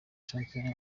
shampiyona